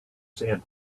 sand